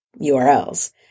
URLs